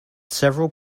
several